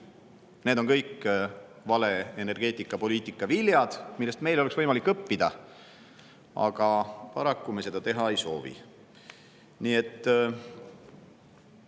Need on kõik vale energeetikapoliitika viljad, millest meil oleks võimalik õppida. Aga paraku me seda teha ei soovi.